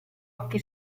occhi